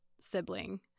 sibling